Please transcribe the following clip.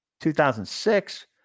2006